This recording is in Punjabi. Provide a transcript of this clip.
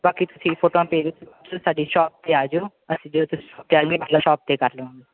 ਬਾਕੀ ਤੁਸੀਂ ਫੋਟੋਆਂ ਭੇਜ ਦਿਓ ਤੁਸੀਂ ਸਾਡੀ ਸ਼ੋਪ 'ਤੇ ਆ ਜਿਓ ਅਸੀਂ ਜੋ ਤੁਸੀਂ ਕਹਿੰਦੇ ਮਤਲਬ ਸ਼ੋਪ 'ਤੇ ਕਰ ਲਵਾਂਗੇ